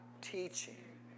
Teaching